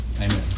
amen